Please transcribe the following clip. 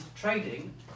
trading